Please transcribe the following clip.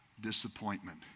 disappointment